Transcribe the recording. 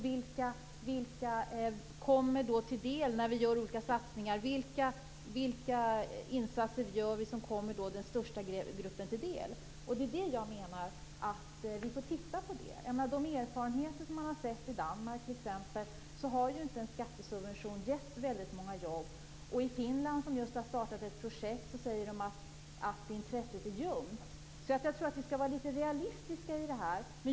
Vilka får del av de satsningar vi gör? Vilka av de insatser som vi gör kommer den största gruppen till del? Det är det som jag menar att vi får titta på. Erfarenheterna i Danmark är att en skattesubvention inte har gett så många jobb. I Finland, som just har startat ett projekt, säger man att intresset är ljumt. Jag tror att vi skall vara realistiska i detta.